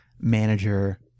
manager